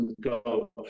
go